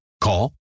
Call